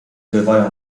bywają